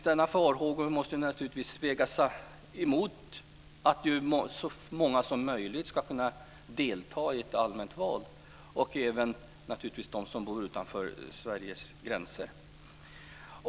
Dessa farhågor måste vägas emot att så många som möjligt ska kunna delta i ett allmänt val, och naturligtvis även de som bor utanför Sveriges gränser.